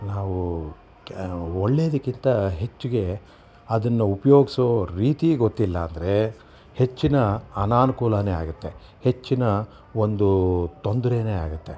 ನಾವು ಒಳ್ಳೆದಕ್ಕಿಂತ ಹೆಚ್ಚಿಗೆ ಅದನ್ನು ಉಪಯೋಗಿಸೋ ರೀತಿ ಗೊತ್ತಿಲ್ಲ ಅಂದರೆ ಹೆಚ್ಚಿನ ಅನನುಕೂಲಾನೇ ಆಗುತ್ತೆ ಹೆಚ್ಚಿನ ಒಂದು ತೊಂದರೆನೇ ಆಗತ್ತೆ